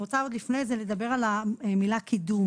עוד לפני זה אני רוצה לדבר על המילה קידום.